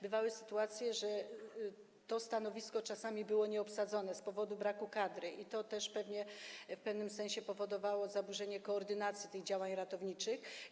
Bywały sytuacje, że to stanowisko czasami było nieobsadzone z powodu braku kadry, i to też w pewnym sensie powodowało zaburzenie koordynacji tych działań ratowniczych.